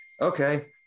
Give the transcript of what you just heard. okay